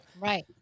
Right